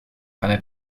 keine